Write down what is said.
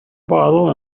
bottle